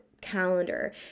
calendar